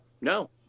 No